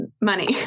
money